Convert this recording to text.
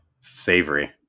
savory